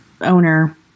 owner